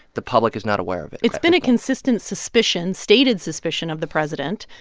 the public is not aware of it it's been a consistent suspicion, stated suspicion of the president,